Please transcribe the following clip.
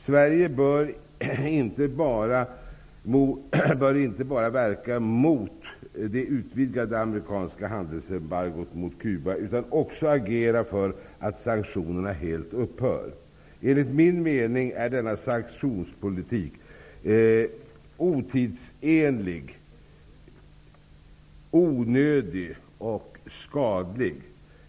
Sverige bör inte bara verka mot det utvidgade amerikanska handelsembargot mot Cuba utan också agera för att sanktionerna helt upphör. Enligt min mening är denna sanktionspolitik otidsenlig, onödig och skadlig.